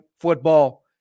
football